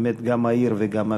באמת, גם העיר וגם המפעל.